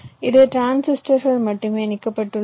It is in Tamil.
இது டிரான்சிஸ்டர்கள் மட்டுமே இணைக்கப்பட்டுள்ளது